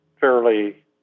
fairly